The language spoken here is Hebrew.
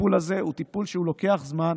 הטיפול הזה הוא טיפול שלוקח זמן.